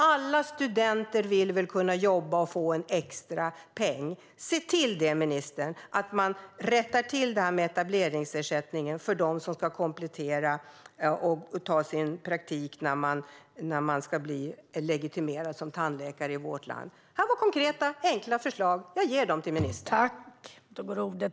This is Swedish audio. Alla studenter vill kunna jobba och få en extra peng. Se till att det här med etableringsersättningen rättas till för dem som ska komplettera och göra praktik för att bli legitimerade tandläkare i vårt land, ministern! Detta var konkreta, enkla förslag. Jag ger dem till ministern.